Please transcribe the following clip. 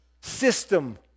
system